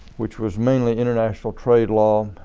which was mainly international trade law,